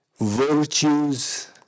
virtues